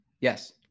Yes